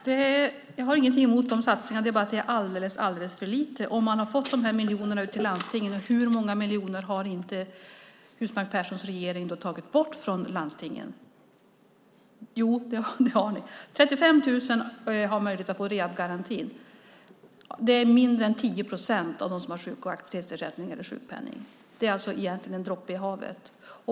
Herr talman! Jag har ingenting emot dessa satsningar, men det är alldeles för lite. Man har fått dessa miljoner ut till landstingen, men hur många miljoner har Husmark Pehrssons regering tagit bort från landstingen? 35 000 har möjlighet att få rehabiliteringsgarantin. Det är mindre än 10 procent av dem som har sjuk och aktivitetsersättning eller sjukpenning. Det är alltså egentligen en droppe i havet.